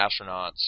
astronauts